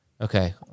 Okay